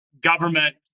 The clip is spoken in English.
government